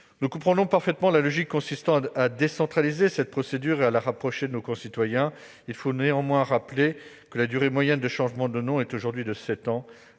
Nous comprenons parfaitement la logique consistant à décentraliser cette procédure et à la rapprocher de nos concitoyens. Il faut néanmoins rappeler que la durée moyenne d'une procédure de changement de nom est aujourd'hui de sept ans,